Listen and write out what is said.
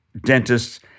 dentists